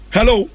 Hello